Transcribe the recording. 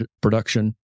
production